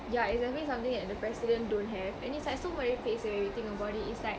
yeah exactly something that the president don't have and it's like so merepek sia you think about it it's like